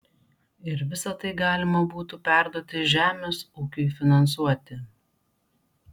ir visa tai galima būtų perduoti žemės ūkiui finansuoti